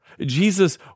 Jesus